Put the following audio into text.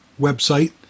website